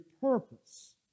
purpose